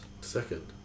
Second